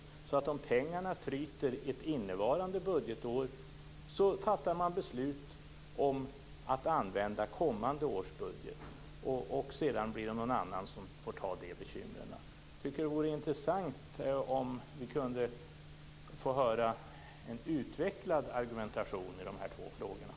Skall man, om pengarna tryter ett innevarande budgetår, fatta beslut om att använda kommande års budget, så att någon annan får ta sig an de bekymmerna? Det vore intressant att höra en utvecklad argumentation i de här två frågorna.